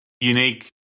unique